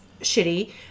shitty